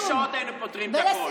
בשעות היינו פותרים את הכול.